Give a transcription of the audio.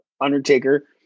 Undertaker